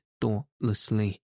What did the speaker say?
thoughtlessly